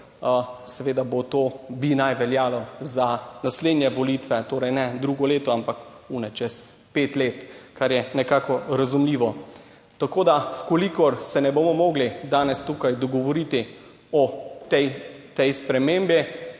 seveda bo, to bi naj veljalo za naslednje volitve, torej ne drugo leto, ampak one čez pet let, kar je nekako razumljivo. Tako da v kolikor se ne bomo mogli danes tukaj dogovoriti o tej spremembi,